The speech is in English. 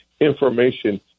information